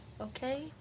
Okay